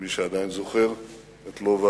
מי שעדיין זוכר את לובה